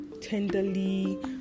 tenderly